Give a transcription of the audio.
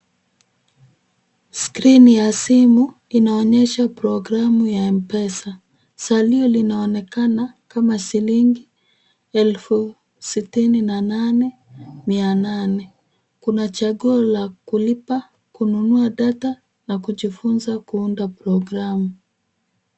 Skrini ya simu inaonyesha programu ya M-Pesa. Salio linaonekana kama shilingi 68,800. Kuna chaguo la kulipa, kununua data na kujifunza kuunda programu.